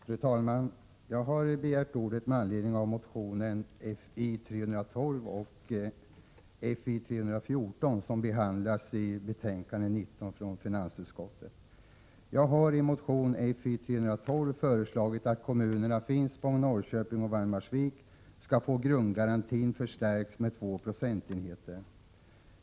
Fru talman! Jag har begärt ordet med anledning av motionerna Fi312 och Fi314 som behandlas i betänkande 19 från finansutskottet. Jag har i motion Fi312 föreslagit att kommunerna Finspång, Norrköping och Valdemarsvik skall få grundgarantin förstärkt med 2 procentenheter.